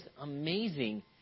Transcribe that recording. amazing